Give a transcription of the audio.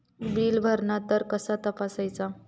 Bill भरला तर कसा तपसायचा?